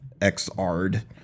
XR'd